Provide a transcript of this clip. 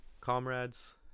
Comrades